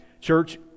Church